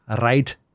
right